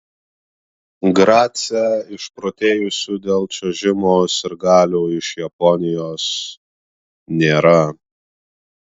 grace išprotėjusių dėl čiuožimo sirgalių iš japonijos nėra